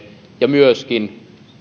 ja